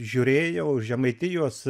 žiūrėjau žemaitijos